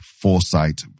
foresight